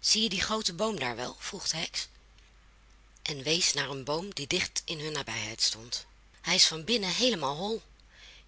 zie je dien grooten boom daar wel vroeg de heks en wees naar een boom die dicht in hun nabijheid stond hij is van binnen heelemaal hol